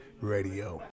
Radio